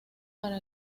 para